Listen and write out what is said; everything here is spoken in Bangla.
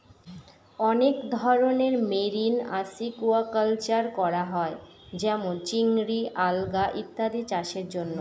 অনেক ধরনের মেরিন আসিকুয়াকালচার করা হয় যেমন চিংড়ি, আলগা ইত্যাদি চাষের জন্য